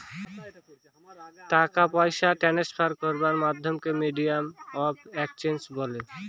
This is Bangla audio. টাকা পয়সা ট্রান্সফার করার মাধ্যমকে মিডিয়াম অফ এক্সচেঞ্জ বলে